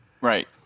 right